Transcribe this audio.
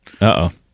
Uh-oh